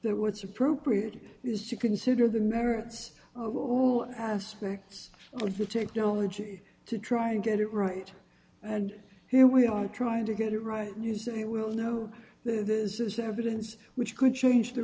that what's appropriate is to consider the merits of all aspects of the technology to try and get it right and here we are trying to get it right you say we'll know this is evidence which could change the